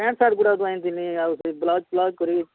pant ଶାର୍ଟ୍ଗୁରା ଯୋଉ ଆନିଥିଲି ଆଉ ସେ ବ୍ଳାଉଜ୍ ଫାଉଜ୍ କରି